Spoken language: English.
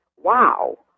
wow